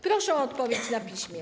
Proszę o odpowiedź na piśmie.